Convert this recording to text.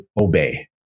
obey